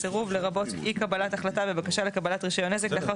"סירוב" לרבות אי קבלת החלטה בבקשה לקבלת רישיון עסק לאחר